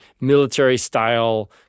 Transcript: military-style